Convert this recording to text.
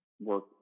work